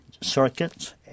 circuits